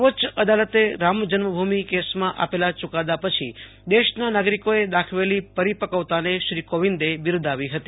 સર્વોચ્ય અદાલતે રામ જન્મભૂમિ કેસમાં આપેલા ચુકાદા પછી દેશના નાગરિકોએ દાખવેલી પરિપક્વતાને શ્રી કોવિંદ બિરદાવી હતી